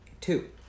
Two